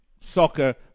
Soccer